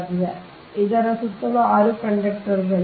ಆದ್ದರಿಂದ ಇದರ ಸುತ್ತಲೂ 6 ಕಂಡಕ್ಟರ್ಗಳು